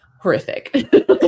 horrific